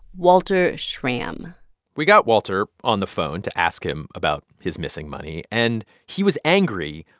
walter schramm we got walter on the phone to ask him about his missing money, and he was angry.